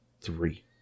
Three